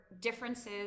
differences